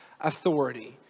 authority